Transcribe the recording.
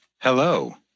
Hello